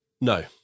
No